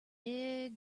big